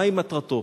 מהי מטרתו.